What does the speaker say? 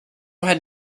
had